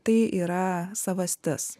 tai yra savastis